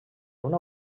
una